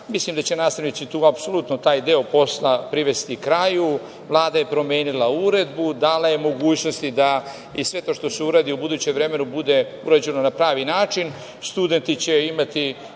Mislim da će nastavnici tu apsolutno taj deo posla privesti kraju. Vlada je promenila uredbu. Dala je mogućnosti da sve to što se uradi u budućem vremenu bude urađeno na pravi način. Studenti će imati,